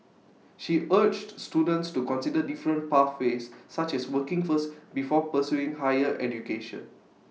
she urged students to consider different pathways such as working first before pursuing higher education